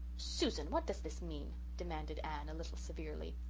susan, what does this mean? demanded anne, a little severely.